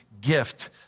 gift